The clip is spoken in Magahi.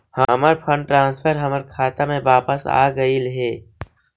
हमर फंड ट्रांसफर हमर खाता में वापस आगईल हे